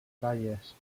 ratlles